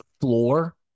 floor